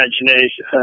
Imagination